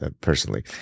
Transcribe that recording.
personally